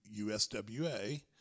USWA